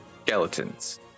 skeletons